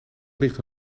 ligt